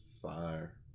fire